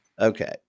Okay